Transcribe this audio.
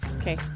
Okay